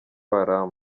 haram